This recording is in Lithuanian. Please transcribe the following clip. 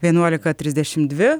vienuolika trisdešimt dvi